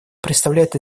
представляет